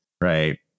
right